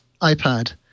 iPad